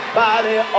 body